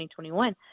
2021